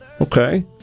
Okay